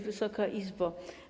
Wysoka Izbo!